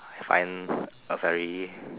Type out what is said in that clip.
I find a very